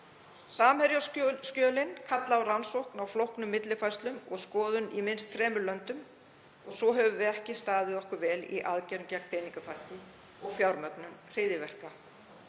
Samherjaskjölin kalla á rannsókn á flóknum millifærslum og skoðun í minnst þremur löndum og svo höfum við ekki staðið okkur vel í aðgerðum gegn peningaþvætti og fjármögnun hryðjuverka.